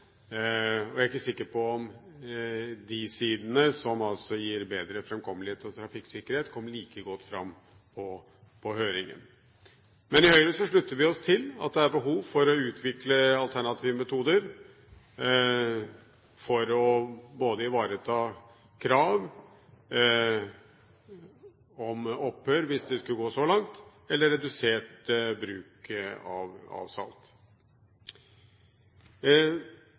saken. Jeg er ikke sikker på om de sidene som altså gir bedre fremkommelighet og trafikksikkerhet, kom like godt fram på høringen. Men i Høyre slutter vi oss til at det er behov for å utvikle alternative metoder for å ivareta krav om opphør, hvis det skulle gå så langt, eller om redusert bruk av salt.